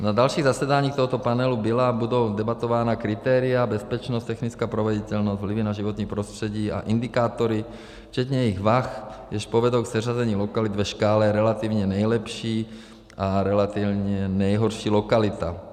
Na dalších zasedáních tohoto panelu byla a budou debatována kritéria bezpečnost, technická proveditelnost, vlivy na životní prostředí a indikátory, včetně jejich vah jež povedou k seřazení lokalit ve škále relativně nejlepší a relativně nejhorší lokalita.